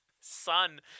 son